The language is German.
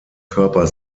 körper